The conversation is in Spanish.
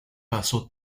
paso